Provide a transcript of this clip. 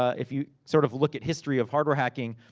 if you sort of look at history of hardware hacking,